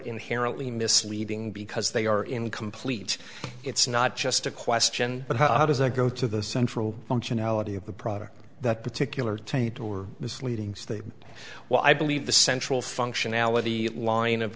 inherently misleading because they are incomplete it's not just a question but how does it go to the central functionality of the product that particular taint or misleading sleep while i believe the central functionality line of